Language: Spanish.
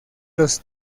los